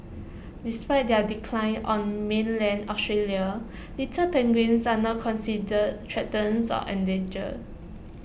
despite their decline on mainland Australia little penguins are not considered threatens or endangered